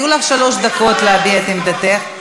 היו לך שלוש דקות להביע את עמדתך,